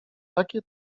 takie